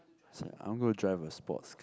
so I'm gonna drive a sports